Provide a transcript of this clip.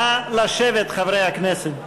נא לשבת, חברי הכנסת.